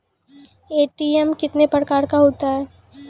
ATM कितने प्रकार का होता हैं?